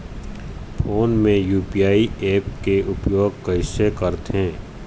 Phone मे UPI app के उपयोग कइसे करथे?